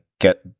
get